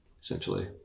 essentially